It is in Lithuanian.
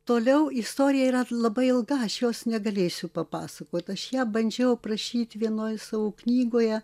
toliau istorija yra labai ilgai aš jos negalėsiu papasakot aš ją bandžiau aprašyt vienoj savo knygoje